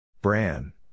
Bran